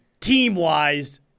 team-wise